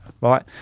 right